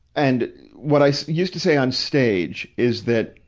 and, what i used to say on stage is that,